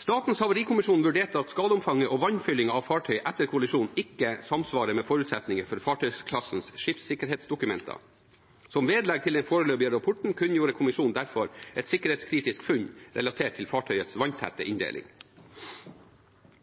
Statens havarikommisjon vurderte at skadeomfanget og vannfyllingen av fartøyet etter kollisjonen ikke samsvarer med forutsetninger for fartøyklassens skipssikkerhetsdokumenter. Som vedlegg til den foreløpige rapporten kunngjorde kommisjonen derfor et sikkerhetskritisk funn relatert til fartøyets vanntette inndeling.